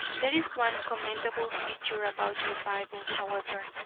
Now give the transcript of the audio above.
there is one commendable feature about your bible however,